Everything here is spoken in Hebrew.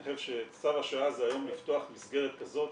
אני חושב שצו השעה היום זה לפתוח מסגרת כזאת